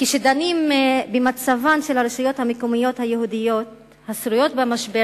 כשדנים במצבן של הרשויות המקומיות היהודיות השרויות במשבר,